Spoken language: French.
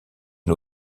une